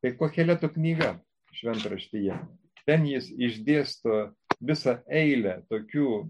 tai koheleto knyga šventraštyje ten jis išdėsto visą eilę tokių